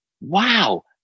wow